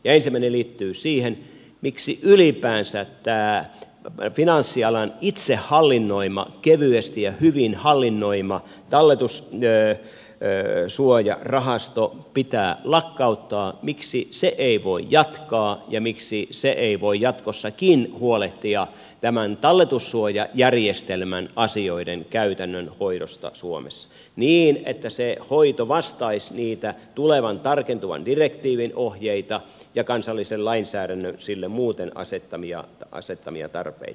ensimmäinen liittyy siihen miksi ylipäänsä tämä finanssialan itse hallinnoima kevyesti ja hyvin hallinnoima talletussuojarahasto pitää lakkauttaa miksi se ei voi jatkaa ja miksi se ei voi jatkossakin huolehtia tämän talletussuojajärjestelmän asioiden käytännön hoidosta suomessa niin että se hoito vastaisi niitä tulevan tarkentuvan direktiivin ohjeita ja kansallisen lainsäädännön sille muuten asettamia tarpeita